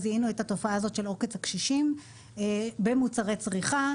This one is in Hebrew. זיהינו את התופעה הזאת של עוקץ הקשישים במוצרי צריכה.